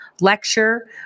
lecture